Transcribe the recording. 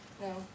No